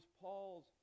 Paul's